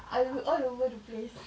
I would all over the place